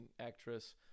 actress